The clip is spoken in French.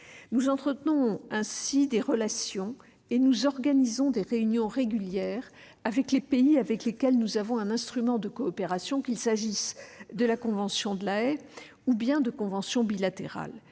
Nous entretenons ainsi des relations et nous organisons des réunions régulières avec les pays avec lesquels nous disposons d'un instrument de coopération, qu'il s'agisse de la convention de La Haye ou de conventions bilatérales.